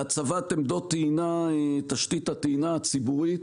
להצבת עמדות טעינה, תשתית טעינה ציבורית.